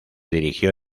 dirigió